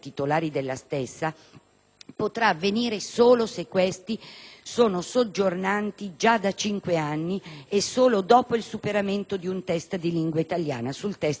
potrà avvenire solo se questi sono soggiornanti già da 5 anni e solo dopo il superamento di un test di lingua italiana. Sul test siamo tutti d'accordo.